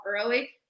early